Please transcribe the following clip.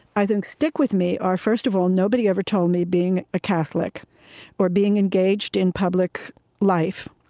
i think, stick with me are, first of all, nobody ever told me, being a catholic or being engaged in public life,